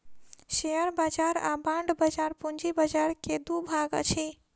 share बाजार आ bond बाजार पूंजी बाजार के दू भाग अछि